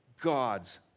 God's